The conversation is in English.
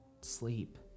sleep